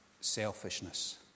selfishness